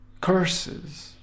curses